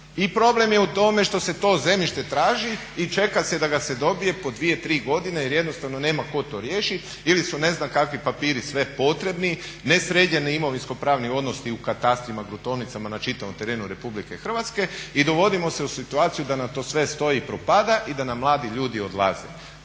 I problem je u tome što se to zemljište traži i čeka se da ga se dobije po dvije, tri godine jer jednostavno nema tko to riješiti ili su ne znam kakvi papiri sve potrebni, nesređeni imovinsko-pravni odnosi u katastrima, gruntovnicama, na čitavom terenu RH i dovodimo se u situaciju da nam to sve stoji i propada i da nam mladi ljudi odlaze.